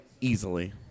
easily